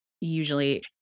usually